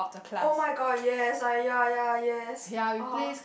oh my god yes like ya ya yes (uh huh)